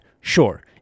Sure